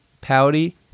pouty